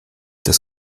das